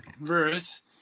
verse